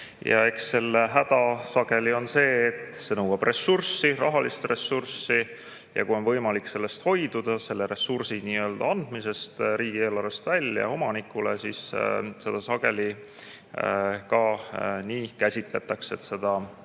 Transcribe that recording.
Ja eks häda sageli on see, et see nõuab ressurssi, rahalist ressurssi, ja kui on võimalik hoiduda selle ressursi andmisest riigieelarvest välja omanikule, siis seda sageli nii ka käsitatakse ja seda